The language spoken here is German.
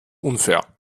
unfair